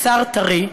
"בשר טרי"